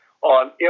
on